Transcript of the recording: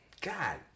God